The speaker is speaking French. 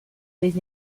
les